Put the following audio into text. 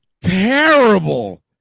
terrible